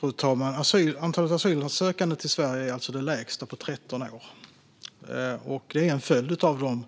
Fru talman! Antalet asylsökande till Sverige är alltså det lägsta på 13 år. Det är en följd av